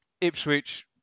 Ipswich